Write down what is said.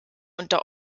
unter